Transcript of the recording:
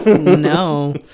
No